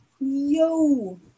Yo